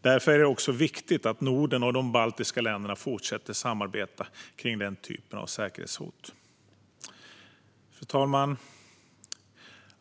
Därför är det viktigt att Norden och de baltiska länderna fortsätter att samarbeta kring den typen av säkerhetshot. Fru talman!